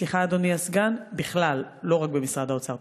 סליחה, אדוני הסגן, בכלל, לא רק במשרד האוצר.